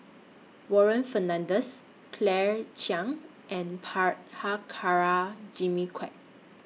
Warren Fernandez Claire Chiang and Prabhakara Jimmy Quek